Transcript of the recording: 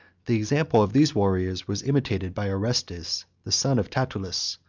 the example of these warriors was imitated by orestes, the son of tatullus,